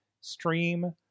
stream